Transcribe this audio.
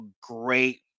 great